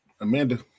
Amanda